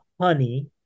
honey